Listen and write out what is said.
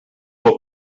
will